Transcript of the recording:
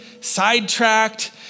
sidetracked